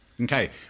Okay